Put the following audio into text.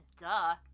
duh